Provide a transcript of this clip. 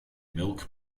milk